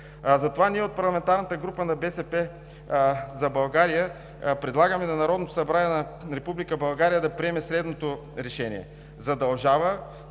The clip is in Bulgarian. Затова ние от парламентарната група „БСП за България“ предлагаме на Народното събрание на Република България да приеме следното решение: „Задължава